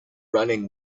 running